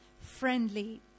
friendly